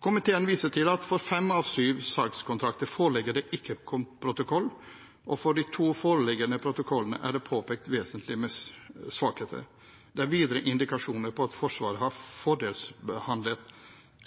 Komiteen viser til at for fem av syv salgskontrakter foreligger det ikke protokoll, og for de to foreliggende protokollene er det påpekt vesentlige svakheter. Det er videre indikasjoner på at Forsvaret har fordelsbehandlet